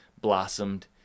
blossomed